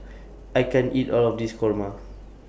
I can't eat All of This Kurma